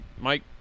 Mike